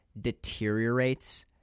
deteriorates